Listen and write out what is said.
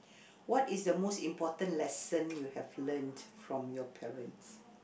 what is the most important lesson you have learnt from your parents